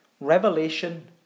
Revelation